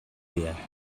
werden